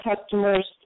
customers